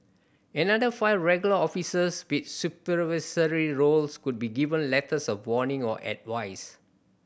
another five regular officers with supervisory roles could be given letters of warning or advice